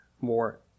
more